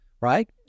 right